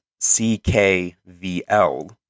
CKVL